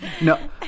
No